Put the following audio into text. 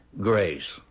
grace